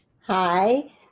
Hi